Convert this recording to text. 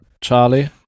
Charlie